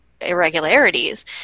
irregularities